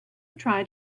tried